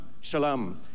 shalom